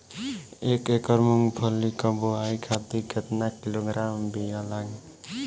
एक एकड़ मूंगफली क बोआई खातिर केतना किलोग्राम बीया लागी?